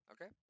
Okay